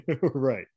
right